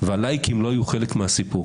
והלייקים לא היו חלק מהסיפור.